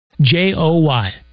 J-O-Y